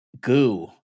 goo